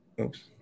Oops